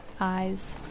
eyes